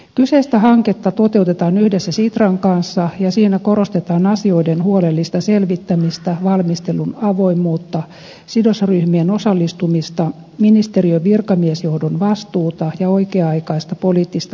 kyseistä hanketta toteutetaan yhdessä sitran kanssa ja siinä korostetaan asioiden huolellista selvittämistä valmistelun avoimuutta sidosryhmien osallistumista ministeriön virkamiesjohdon vastuuta ja oikea aikaista poliittista päätöksentekoa